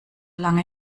lange